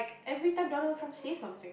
every time Donald-Trump say something